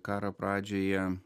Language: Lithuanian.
karo pradžioje